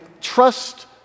trust